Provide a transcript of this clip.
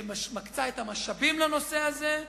שמקצה את המשאבים לנושא הזה,